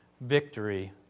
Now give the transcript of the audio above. victory